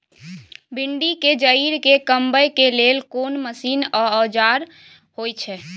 भिंडी के जईर के कमबै के लेल कोन मसीन व औजार होय छै?